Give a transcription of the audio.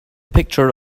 picture